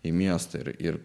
į miestą ir ir